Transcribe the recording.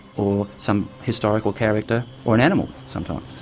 or some historical character or an animal sometimes.